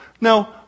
Now